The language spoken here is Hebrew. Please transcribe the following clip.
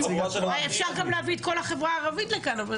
אפשר גם להביא את כל החברה הערבית לכאן.